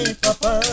papa